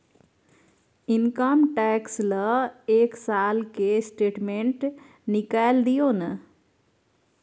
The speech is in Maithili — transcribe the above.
इनकम टैक्स ल एक साल के स्टेटमेंट निकैल दियो न?